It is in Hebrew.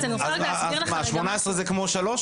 18 זה כמו שלוש?